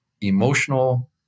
emotional